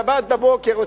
בשבת בבוקר,